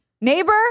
Neighbor